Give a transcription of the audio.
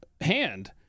hand